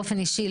באופן אישי,